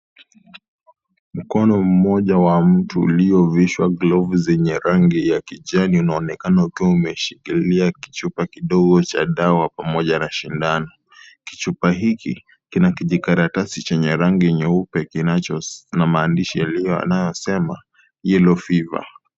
Mkono mmoja wa mtu, uliovishwa [s]glove zenye rangi ya kijani, unaonekana ukiwa umeshikilia kichupa kidogo cha dawa pamoja na sindano. Kichupa hiki, kina kijikalatasi chenye rangi nyeupe kinacho se., na maandishi yanayosema, yellow fever .